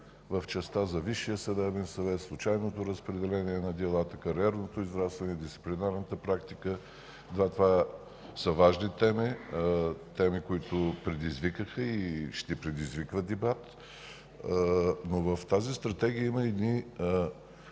в частта за Висшия съдебен съвет, случайното разпределение на делата, кариерното израстване, дисциплинарната практика – да, това са важни теми, теми, които предизвикаха и ще предизвикват дебат, но в тази Стратегия има едни